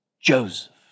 Joseph